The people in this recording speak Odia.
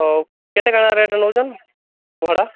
ହଉ କେତେ କ'ଣ ରେଟ୍ ନେଉଛ ଭଡ଼ା